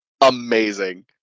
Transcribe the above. Amazing